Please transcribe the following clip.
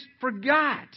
forgot